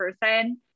person